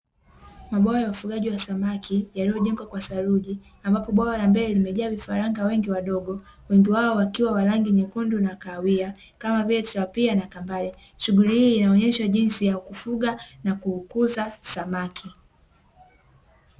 Mabwawa ya ufugaji wa samaki yaliojengwa kwa saruji, ambapo bwawa la mbele limejaa vifaranga wadogo, wengi wao wakiwa wa rangi nyekundu na kahawia, kama vile, tilapia na kambale. Shughuli hii inaonyesha jinsi ya kufuga na kukuza samaki.